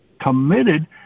committed